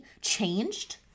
changed